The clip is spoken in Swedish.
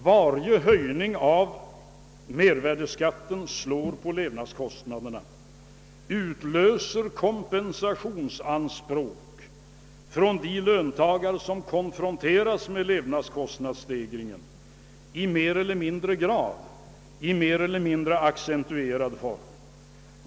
Varje höjning av mervärdeskatten slår på levnadskostnaderna, utlöser kompensationsanspråk från de löntagare som konfronteras med levnadskostnadsstegringen i mer eller mindre accentuerad form.